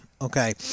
Okay